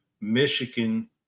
michigan